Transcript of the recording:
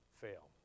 fail